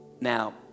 now